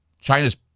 China's